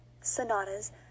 sonatas